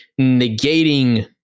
negating